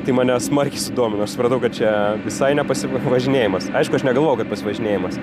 tai mane smarkiai sudomino aš supratau kad čia visai ne pasivažinėjimas aišku aš negalvojau kad pasivažinėjimas